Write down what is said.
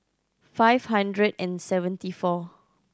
five hundred and seventy four